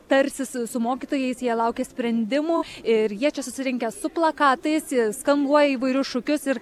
tarsis su mokytojais jie laukia sprendimų ir jie čia susirinkę su plakatais ir skanduoja įvairius šūkius ir